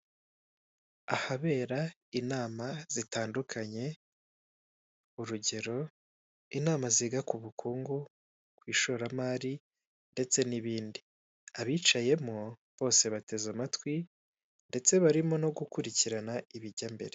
Ahabera inama zitandukanye urugero inama ziga kubukungu kwishoramari ndetse nibindi, abicayemo bose bateze amatwi ndetse barimo no gukurikirana ibijyambere.